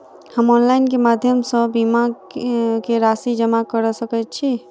हम ऑनलाइन केँ माध्यम सँ बीमा केँ राशि जमा कऽ सकैत छी?